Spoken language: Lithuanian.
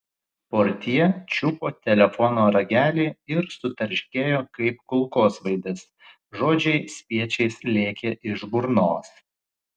portjė čiupo telefono ragelį ir sutarškėjo kaip kulkosvaidis žodžiai spiečiais lėkė iš burnos